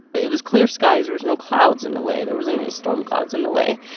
it was clear skies. there was no clouds in the way. there wasn't any storm clouds in the way.